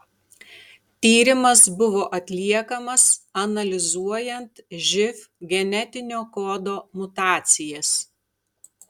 tyrimas buvo atliekamas analizuojant živ genetinio kodo mutacijas